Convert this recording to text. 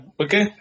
okay